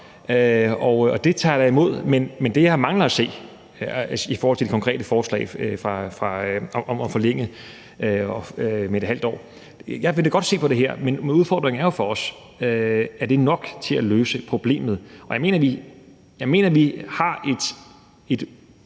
Det tager jeg da imod, men der er noget, jeg mangler at se i det konkrete forslag om at forlænge praksisuddannelsen med ½ år. Jeg vil da godt se på det her, men udfordringen for os er jo, om det er nok til at løse problemet. Jeg mener, at vi har et